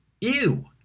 Ew